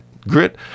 grit